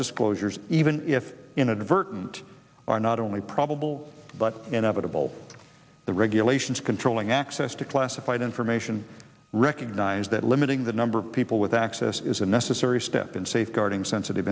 disclosures even if inadvertent are not only probable but inevitable the regulations controlling access to classified information recognize that limiting the number of people with access is a necessary step in safeguarding sensitive